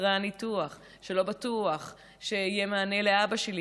אחרי הניתוח שלא בטוח שיהיה מענה לאבא שלי,